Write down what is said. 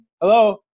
hello